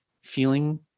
feeling